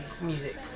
music